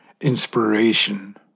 inspiration